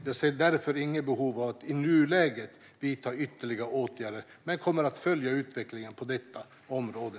Jag ser därför inget behov av att i nuläget vidta ytterligare åtgärder, men jag kommer att följa utvecklingen på detta område.